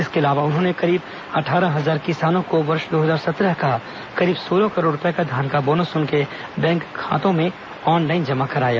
इसके अलावा उन्होंने करीब अट्ठारह हजार किसानों को वर्ष दो हजार सत्रह का करीब सोलह करोड़ रूपये धान का बोनस उनके बैंक खाते में ऑनलाइन जमा कराया